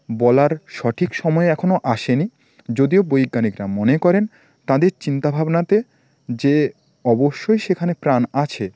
বলার সঠিক সময় এখনও আসেনি যদিও বৈজ্ঞানিকরা মনে করেন তাঁদের চিন্তাভাবনাতে যে অবশ্যই সেখানে প্রাণ আছে